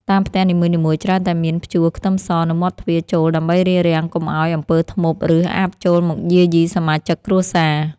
តាមផ្ទះនីមួយៗច្រើនតែមានព្យួរខ្ទឹមសនៅមាត់ទ្វារចូលដើម្បីរារាំងកុំឱ្យអំពើធ្មប់ឬអាបចូលមកយាយីសមាជិកគ្រួសារ។